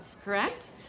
correct